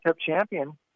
champion